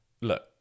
look